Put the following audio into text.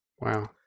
Wow